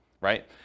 right